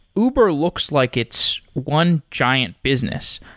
uber looks like it's one giant business,